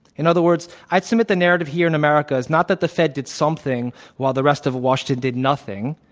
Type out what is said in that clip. in other words, i'd submit the narrative here in america is not that the fed did something while the rest of washington did nothing.